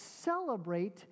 celebrate